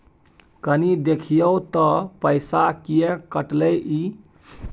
कनी देखियौ त पैसा किये कटले इ?